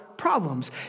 problems